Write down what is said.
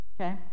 okay